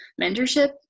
mentorship